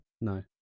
no